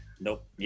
Nope